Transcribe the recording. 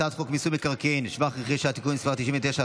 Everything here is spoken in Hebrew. הצעת חוק מיסוי מקרקעין (שבח ורכישה) (תיקון מס' 99),